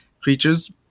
creatures